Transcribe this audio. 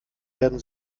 werden